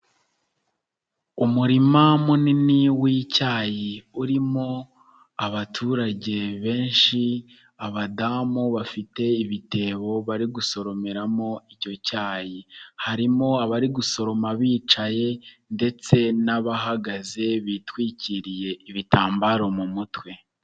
Umurima munini w'icyayi urimo abaturage benshi abadamu bafite ibitebo bari gusoromeramo icyo cyayi, harimo abari gusoroma bicaye ndetse n'abahagaze bitwikiriye ibitambaro mu mutwe.